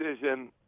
decision